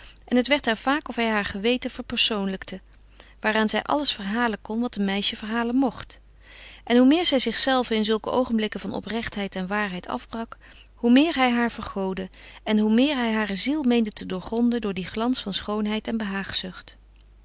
en het werd haar vaak of hij haar geweten verpersoonlijkte waaraan zij alles verhalen kon wat een meisje verhalen mocht en hoe meer zij zichzelve in zulke oogenblikken van oprechtheid en waarheid afbrak hoe meer hij haar vergoodde en hoe meer hij hare ziel meende te doorgronden door dien glans van schoonheid en